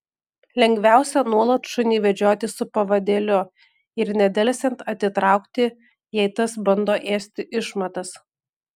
lengviausia nuolat šunį vedžioti su pavadėliu ir nedelsiant atitraukti jei tas bando ėsti išmatas